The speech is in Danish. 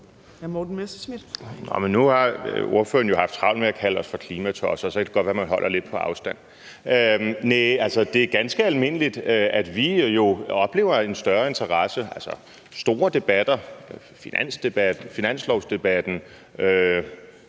Nu har ordføreren jo haft travlt med at kalde os for klimatosser. Så det kan godt være, man holder sig lidt på afstand. Altså, det er ganske almindeligt, at vi jo oplever en større interesse ved store debatter, finanslovsdebatten